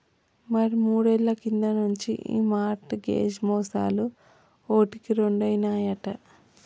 మరి మూడేళ్ల కింది నుంచి ఈ మార్ట్ గేజ్ మోసాలు ఓటికి రెండైనాయట